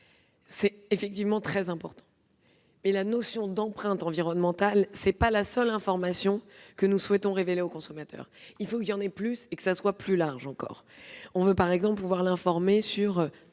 C'est effectivement très important, mais la notion d'empreinte environnementale n'est pas la seule information que nous souhaitons révéler au consommateur. Il faut qu'il y en ait plus, et que ce soit plus large encore. Nous voulons, par exemple, pouvoir informer le